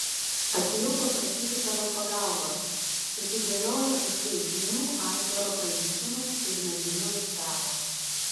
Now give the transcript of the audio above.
atėjau paprašyti tavo pagalbos susidėliojo iš vaizdinių aitvaro pranešimas ir mergina nustebo